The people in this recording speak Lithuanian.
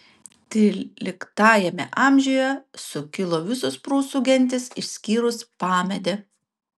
tryliktajame amžiuje sukilo visos prūsų gentys išskyrus pamedę